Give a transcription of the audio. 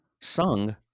Sung